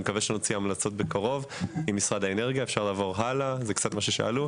אני מקווה שנוציא יחד עם משרד האנרגיה את ההמלצות בקרוב.